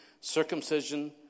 Circumcision